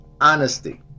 honesty